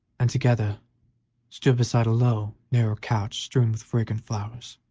and together stood beside a low, narrow couch strewn with fragrant flowers.